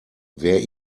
wer